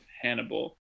hannibal